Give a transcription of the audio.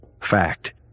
Fact